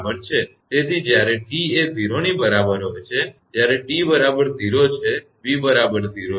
તેથી જ્યારે t એ 0 ની બરાબર હોય છે જ્યારે t બરાબર 0 છે v બરાબર 0 છે